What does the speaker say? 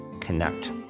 connect